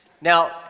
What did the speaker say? Now